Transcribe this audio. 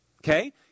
okay